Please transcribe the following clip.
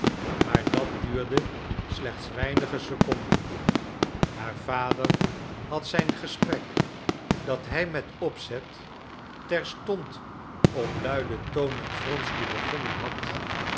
maar dat duurde slechts weinige seconden haar vader had zijn gesprek dat hij met opzet terstond op luiden toon met wronsky begonnen had